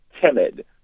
timid